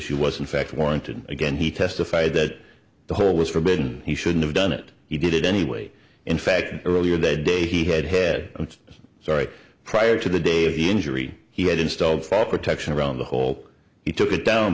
issue was in fact warranted again he testified that the hole was forbidden he shouldn't have done it he did it anyway in fact earlier that day he had had its sorry prior to the day of the injury he had installed fall protection around the hole he took it down